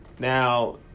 Now